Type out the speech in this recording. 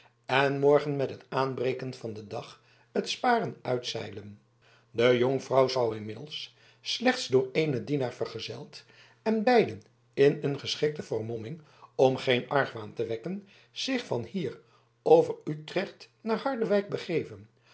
en morgen met het aanbreken van den dag het sparen uitzeilen de jonkvrouw zou inmiddels slechts door eenen dienaar vergezeld en beiden in een geschikte vermomming om geen argwaan te verwekken zich van hier over utrecht naar harderwijk begeven